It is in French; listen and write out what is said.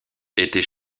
était